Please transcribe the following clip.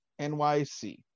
NYC